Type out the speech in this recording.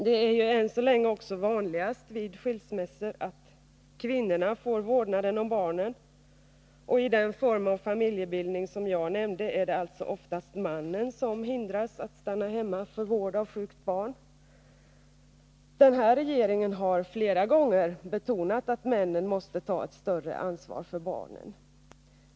Det är än så länge också vanligast vid skilsmässor att kvinnorna får vårdnaden om barnen, och i den form av familjebildning som jag nämnde är det alltså mannen som oftast hindras från att stanna hemma för vård av sjukt barn. Den här regeringen har flera gånger betonat att männen måste ta ett större ansvar för barnen.